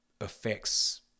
affects